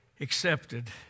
accepted